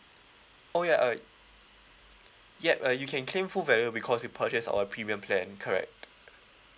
oh yeah uh yup uh you can claim full value because you purchased our premium plan correct